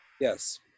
Yes